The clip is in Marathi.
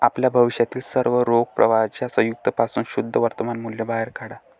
आपल्या भविष्यातील सर्व रोख प्रवाहांच्या संयुक्त पासून शुद्ध वर्तमान मूल्य बाहेर काढा